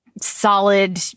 solid